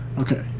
okay